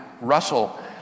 Russell